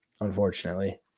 Unfortunately